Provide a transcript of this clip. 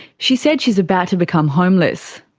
she said she's about to become homeless.